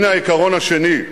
הנה העיקרון השני: